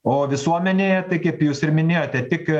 o visuomenėje tai kaip jūs ir minėjote tik